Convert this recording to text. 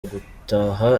gutaha